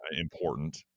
important